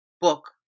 book